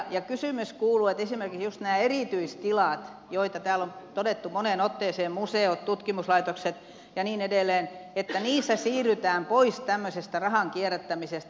kysymys kuuluu että esimerkiksi juuri näissä erityistiloissa joista täällä on todettu moneen otteeseen museot tutkimuslaitokset ja niin edelleen siirrytään pois tämmöisestä rahan kierrättämisestä